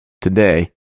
today